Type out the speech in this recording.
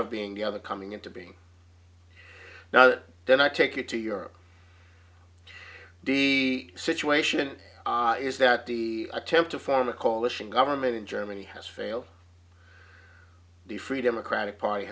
of being the other coming into being now then i take it to europe the situation is that the attempt to form a coalition government in germany has failed the free democratic party